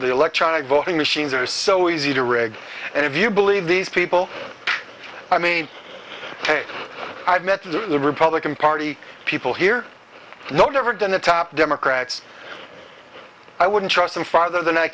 the electronic voting machines are so easy to rig and if you believe these people i mean i've met the republican party people here know never going to top democrats i wouldn't trust them farther than i